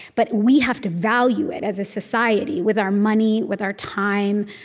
but we have to value it, as a society, with our money, with our time,